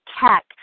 tech